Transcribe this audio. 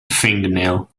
fingernail